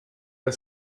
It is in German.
der